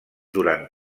durant